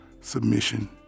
submission